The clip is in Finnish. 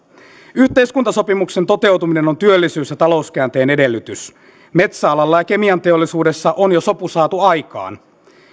yhteiskuntasopimuksen toteutuminen on työllisyys ja talouskäänteen edellytys metsäalalla ja kemianteollisuudessa on jo sopu saatu aikaan